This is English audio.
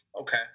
Okay